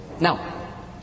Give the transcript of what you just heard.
now